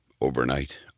Overnight